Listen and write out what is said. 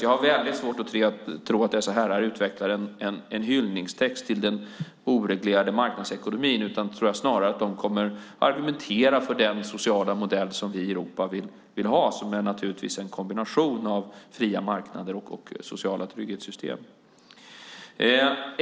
Jag har väldigt svårt att tro att dessa herrar utvecklar en hyllningstext till den oreglerade marknadsekonomin, utan jag tror snarare att de kommer att argumentera för den sociala modell som vi i Europa vill ha, som naturligtvis är en kombination av fria marknader och sociala trygghetssystem.